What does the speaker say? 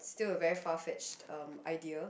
still a very far fetched um idea